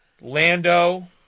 Lando